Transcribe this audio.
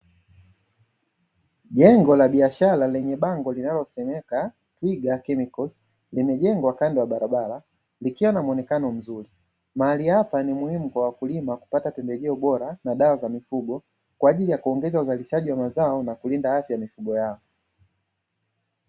Jengo la biashara lenye bango linalosomeka ''Twiga chemicals" limejengwa kando ya barabara likiwa na muonekano mzuri. Mahali hapa ni muhimu kwa wakulima kupata pembejeo bora na dawa za mifugo kwaajili ya kuongeza uzalishaji wa mazao na kulinda afya ya mifugo yao.